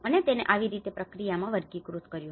અને તેને આવી રીતે પ્રક્રિયામાં વર્ગીકૃત કર્યું